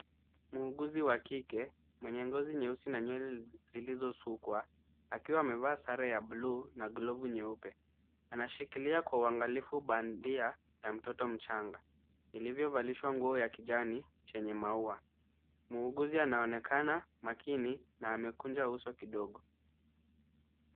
Muuguzi wa kike mwenye ngozi nyeusi na nywele zilizosukwa, akiwa amevaa sare ya bluu na glovu nyeupe, anashikilia kwa uangalifu bandia ya mtoto mchanga, ilivyovalishwa nguo ya kijani chenye maua. Muuguzi anaonekana makini na amekunja uso kidogo.